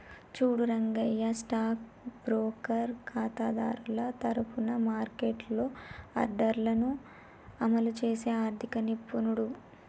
చూడు Rangaiah stock broker ఖాతాదారుల తరఫున మార్కెట్లో ఆర్డర్లను అమలు చేసే ఆర్థిక నిపుణుడు